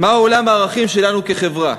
מהו עולם הערכים שלנו כחברה